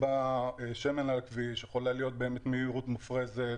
חלק ממשתמשי הכביש ואי אפשר להתייחס אלינו כמופרעים.